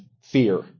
fear